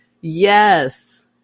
Yes